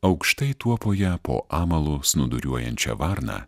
aukštai tuopoje po amalu snūduriuojančią varną